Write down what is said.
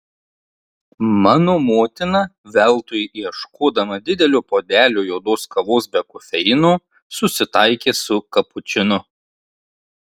mano motina veltui ieškodama didelio puodelio juodos kavos be kofeino susitaikė su kapučinu